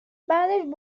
بعدش